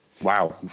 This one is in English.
Wow